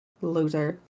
Loser